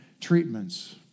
treatments